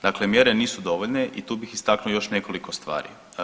Dakle, mjere nisu dovoljne i tu bih istaknuo još nekoliko stvari.